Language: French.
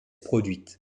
produite